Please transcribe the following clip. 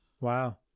Wow